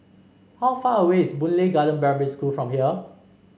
how far away is Boon Lay Garden Primary School from here